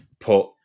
put